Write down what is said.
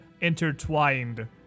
intertwined